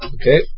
Okay